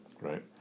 right